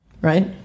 right